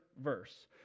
verse